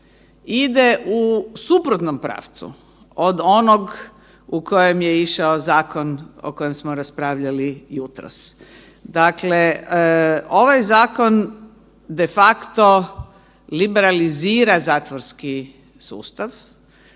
ide u suprotnom pravcu od onog u kojem je išao zakon o kojem smo raspravljali jutros. Dakle, ovaj zakon de facto liberalizira zatvorski sustav,